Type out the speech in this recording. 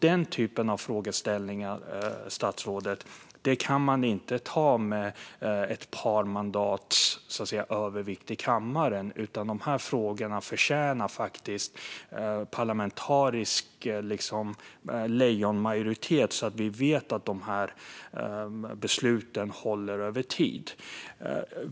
Den typen av frågeställningar kan man inte ta med ett par mandats övervikt i kammaren, utan de här frågorna förtjänar faktiskt parlamentarisk lejonmajoritet så att vi vet att besluten håller över tid.